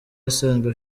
asanzwe